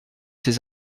ses